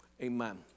amen